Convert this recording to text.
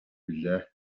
билээ